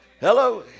Hello